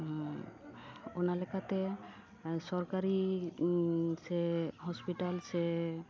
ᱚᱱᱟ ᱞᱮᱠᱟ ᱛᱮ ᱥᱚᱨᱠᱟᱨᱤ ᱥᱮ ᱦᱳᱥᱯᱤᱴᱟᱞ ᱥᱮ